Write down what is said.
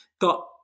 got